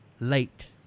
late